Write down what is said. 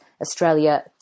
Australia